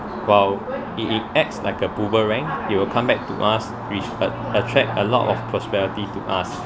while it it acts like a boomerang it will come back to us which attract a lot of prosperity to us